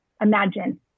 imagine